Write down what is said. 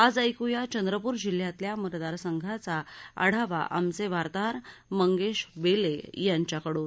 आज ऐकूया चंद्रपूर जिल्ह्यातल्या मतदार संघांचा आढावा आमचे वार्ताहर मंगेश बेले यांच्या कडून